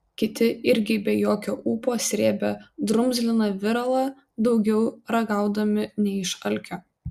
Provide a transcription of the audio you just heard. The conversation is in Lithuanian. kiti irgi be jokio ūpo srėbė drumzliną viralą daugiau ragaudami nei iš alkio